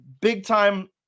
big-time